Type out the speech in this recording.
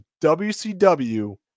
WCW